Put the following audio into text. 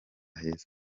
heza